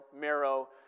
marrow